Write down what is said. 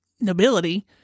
nobility